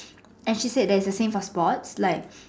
and she said that it's the same for sports like